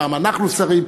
פעם אנחנו שרים,